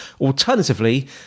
Alternatively